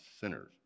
sinners